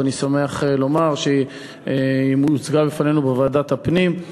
ואני שמח לומר שהיא הוצגה בפנינו בוועדת הפנים,